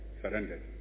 surrendered